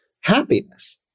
happiness